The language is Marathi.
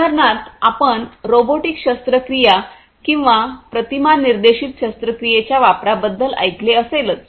उदाहरणार्थ आपण रोबोटिक शस्त्रक्रिया किंवा प्रतिमा निर्देशित शस्त्रक्रियेच्या वापराबद्दल ऐकले असेलच